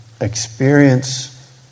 experience